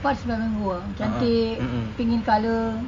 part is flamingo ah cantik pink in colour